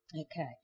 Okay